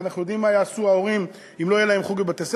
כי אנחנו יודעים מה יעשו ההורים אם לא יהיה להם חוג בבתי-הספר.